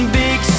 big